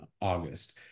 August